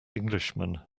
englishman